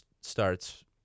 starts